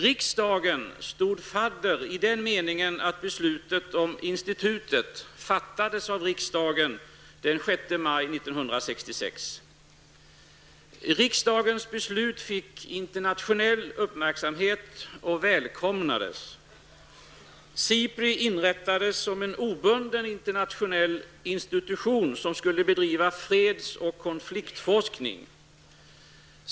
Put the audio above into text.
Riksdagen stod fadder i den meningen att beslutet om institutet fattades av riksdagen den 6 maj 1966. inrättades som en obunden internationell institution, som skulle bedriva freds och konfliktforskning.